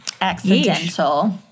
accidental